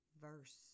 Verse